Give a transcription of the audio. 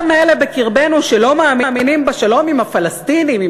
גם אלה בקרבנו שלא מאמינים בשלום עם הפלסטינים,